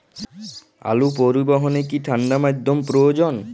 আলু পরিবহনে কি ঠাণ্ডা মাধ্যম প্রয়োজন?